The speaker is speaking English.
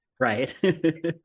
Right